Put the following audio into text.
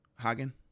Hagen